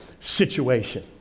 situation